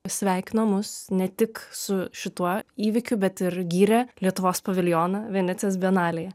sveikino mus ne tik su šituo įvykiu bet ir gyrė lietuvos paviljoną venecijos bienalėje